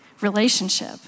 relationship